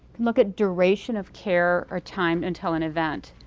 look at duration of care or time until an event.